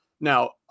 Now